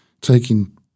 taking